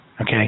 okay